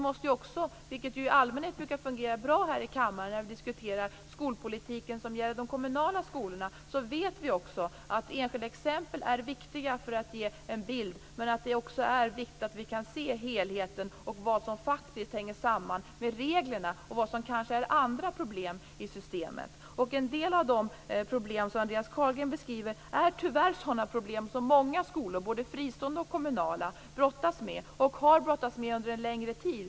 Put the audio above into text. När vi här i kammaren diskuterar skolpolitik som gäller de kommunala skolorna vet vi också att enskilda exempel är viktiga för att de ger en bild. Men det är också viktigt att kunna se helheten och vad som hänger samman med reglerna och med andra problem i systemet. En del av de problem som Andreas Carlgren beskriver är tyvärr sådana problem som många skolor, både fristående och kommunala, brottas med och har brottats med under en längre tid.